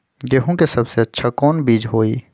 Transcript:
गेंहू के सबसे अच्छा कौन बीज होई?